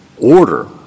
order